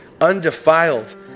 undefiled